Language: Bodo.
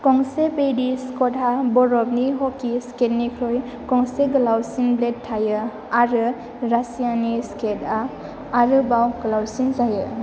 गंसे बेडी स्क'टहा बरफनि हकि स्केटनिख्रुय गंसे गोलावसिन ब्लेड थायो आरो रासियानि स्केटआ आरोबाव गोलावसिन जायो